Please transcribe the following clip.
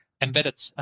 embedded